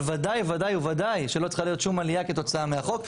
אבל ודאי וודאי וודאי שלא צריכה להיות שום עלייה כתוצאה מהחוק.